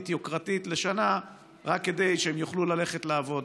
יוקרתית לשנה רק כדי שהם יוכלו ללכת לעבוד.